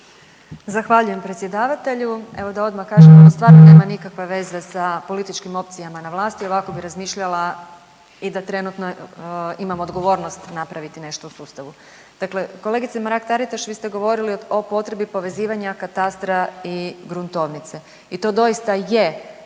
Zahvaljujem predsjedavatelju. Evo, da odmah kažem, ovo stvarno nema nikakve veze sa političkim opcijama na vlasti, ovako bi razmišljala i da trenutno imam odgovornost napraviti nešto u sustavu. Dakle, kolegice Mrak-Taritaš, vi ste govorili o potrebi povezivanja katastra i gruntovnice i to doista je jedan